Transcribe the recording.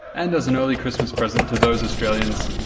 and as an early christmas present to those australians,